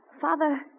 Father